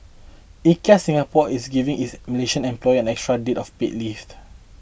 IKEA Singapore is giving its Malaysian employees an extra day of paid list